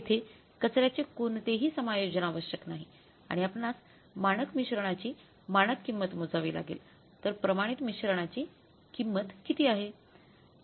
येथे कचर्याचे कोणतेही समायोजन आवश्यक नाही आणि आपणास मानक मिश्रणाची मानक किंमत मोजावी लागेल तर प्रमाणित मिश्रणाची किंमत किती आहे